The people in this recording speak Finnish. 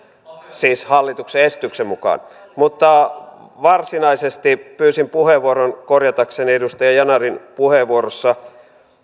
siis hallituksen esityksen mukaan mutta varsinaisesti pyysin puheenvuoron korjatakseni edustaja yanarin puheenvuorossa